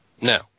No